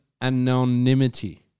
anonymity